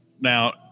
Now